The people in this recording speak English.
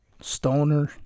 stoner